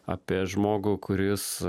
apie žmogų kuris